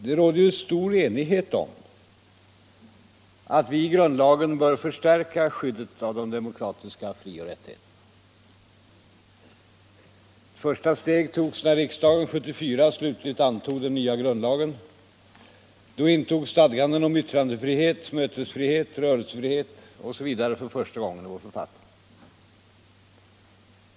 Det råder ju stor enighet om att vi i grundlagen bör förstärka skyddet av de demokratiska frioch rättigheterna. Ett första steg togs när riksdagen år 1974 slutligt antog den nya grundlagen. Då intogs i vår författning för första gången stadganden om yttrandefrihet, mötesfrihet, rörelsefrihet osv.